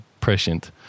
prescient